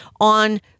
on